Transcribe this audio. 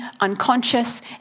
unconscious